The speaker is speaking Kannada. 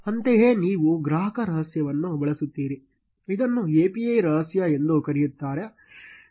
ಅಂತೆಯೇ ನೀವು ಗ್ರಾಹಕ ರಹಸ್ಯವನ್ನು ಬಳಸುತ್ತೀರಿ ಇದನ್ನು API ರಹಸ್ಯ ಎಂದೂ ಕರೆಯುತ್ತಾರೆ